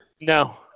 No